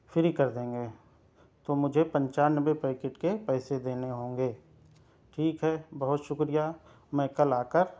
free کر دیں گے تو مجھے پچانوے پیکٹ کے پیسے دینے ہوں گے ٹھیک ہے بہت شُکریہ میں کل آ کر